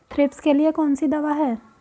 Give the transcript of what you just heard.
Thrips के लिए कौन सी दवा है?